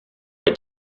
est